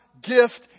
gift